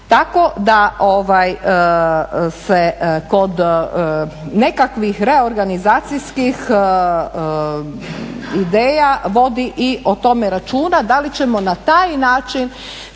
Tako da se kod nekakvih reorganizacijskih ideja vodi i o tome računa da li ćemo na taj način